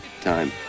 time